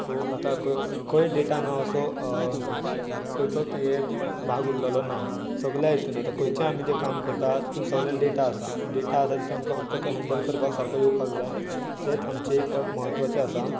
so आतां खंय data ना असो खंयचोच हें भाग उरलेलो ना सगळ्या हितून आतां खंयचे आमी तें काम करता तितूंत सगळ्यांत डेटा आसा डेटा तो फक्त आमकां हॅंडल करपाक सारको येवपाक जाय तेंच आमचें एक म्हत्वाचें आसा